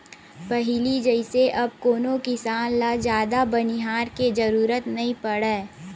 पहिली जइसे अब कोनो किसान ल जादा बनिहार के जरुरत नइ पड़य